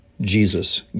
Jesus